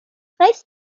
rechts